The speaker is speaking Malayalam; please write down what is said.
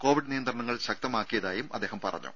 കോവിഡ് നിയന്ത്രണങ്ങൾ ശക്തമാക്കിയതായും അദ്ദേഹം പറഞ്ഞു